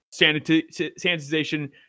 sanitization